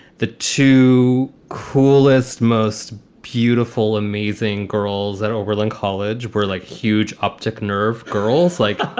the two coolest, most beautiful, amazing girls at oberlin college were like huge optic nerve girls. like,